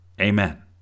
Amen